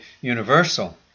universal